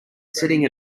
sitting